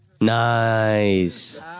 Nice